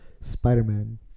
Spider-Man